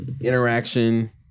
interaction